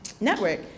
network